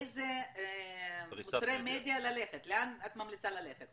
לאיזה מוצרי מדיה את ממליצה ללכת,